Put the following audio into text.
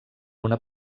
una